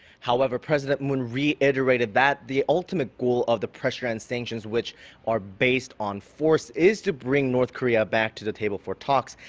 however, president moon, reiterated that the ultimate goal of the pressure and sanctions, which are based on force, is to bring north korea back to the table for talks.